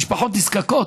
משפחות נזקקות?